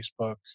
Facebook